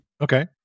okay